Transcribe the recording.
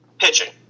pitching